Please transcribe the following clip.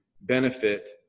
benefit